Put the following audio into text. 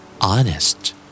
Honest